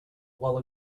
while